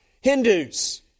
Hindus